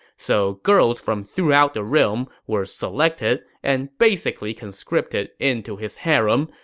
so girls from throughout the realm were selected and basically conscripted into his harem,